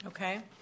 Okay